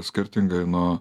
skirtingai nuo